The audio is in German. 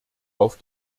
auf